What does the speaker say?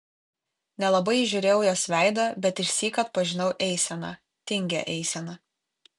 nelabai įžiūrėjau jos veidą bet išsyk atpažinau eiseną tingią eiseną